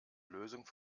lösung